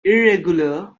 irregular